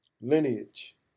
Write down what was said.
lineage